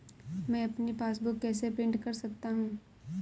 मैं अपनी पासबुक कैसे प्रिंट कर सकता हूँ?